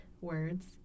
words